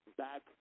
back